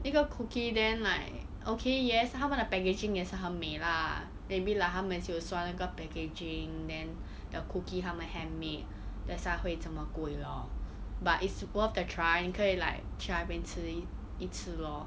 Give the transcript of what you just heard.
一个 cookie then like okay yes 他们的 packaging 也是很美啦 maybe like 他们也是有赚那个 packaging then the cookie 他们 handmade that's why 会这么贵 lor but it's worth the try 你可以 like 去那边吃一一次 lor